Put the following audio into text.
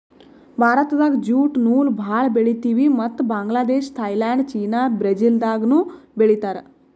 ಭಾರತ್ದಾಗ್ ಜ್ಯೂಟ್ ನೂಲ್ ಭಾಳ್ ಬೆಳಿತೀವಿ ಮತ್ತ್ ಬಾಂಗ್ಲಾದೇಶ್ ಥೈಲ್ಯಾಂಡ್ ಚೀನಾ ಬ್ರೆಜಿಲ್ದಾಗನೂ ಬೆಳೀತಾರ್